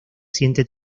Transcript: siente